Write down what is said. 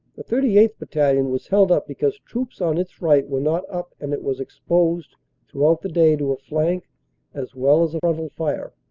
the thirty eighth. battalion was held up because troops on its right were not up and it was exposed throughout the day to a flank as well as frontal fire.